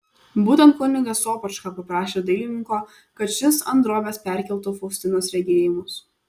būtent kunigas sopočka paprašė dailininko kad šis ant drobės perkeltų faustinos regėjimus